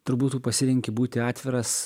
turbūt tu pasirenki būti atviras